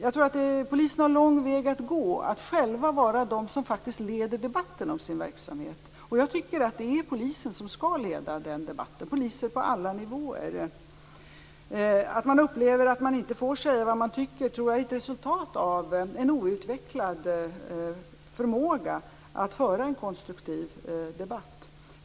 Jag tror att man har lång väg att gå för att själv vara den som leder debatten om sin verksamhet. Jag tycker att det är poliser på alla nivåer som skall leda den debatten. Att man upplever att man inte får säga vad man tycker är nog ett resultat av en outvecklad förmåga att föra en konstruktiv debatt.